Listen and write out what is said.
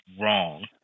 wrong